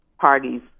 parties